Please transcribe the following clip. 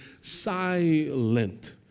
silent